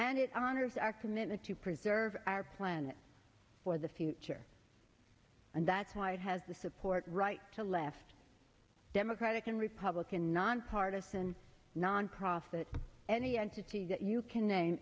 and it honors our commitment to preserve our planet for the future and that's why it has the support right to left democratic and republican nonpartisan nonprofit any entity that you can name